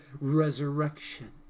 resurrection